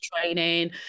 training